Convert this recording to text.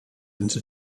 into